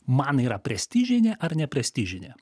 man yra prestižinė ar ne prestižinė